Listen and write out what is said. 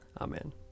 Amen